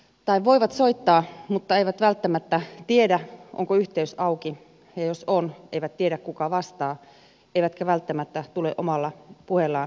tai voivat soittaa mutta eivät välttämättä tiedä onko yhteys auki ja jos on eivät tiedä kuka vastaa eivätkä välttämättä tule omalla puheellaan ymmärretyksi